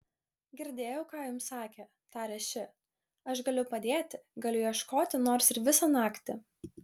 girdėjau ką jums sakė tarė ši aš galiu padėti galiu ieškoti nors ir visą naktį